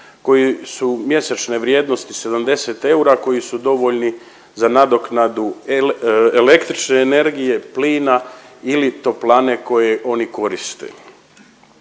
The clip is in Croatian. koji su mjesečne vrijednosti 70 eura koji su dovoljni za nadoknadu električne energije, plina ili toplane koje oni koriste.